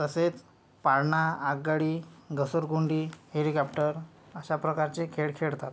तसेच पाळणा आगगाडी घसरगुंडी हेलिकॅप्टर अशा प्रकारचे खेळ खेळतात